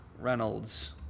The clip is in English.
Reynolds